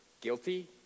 guilty